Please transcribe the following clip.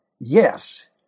Yes